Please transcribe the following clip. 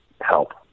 help